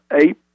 eight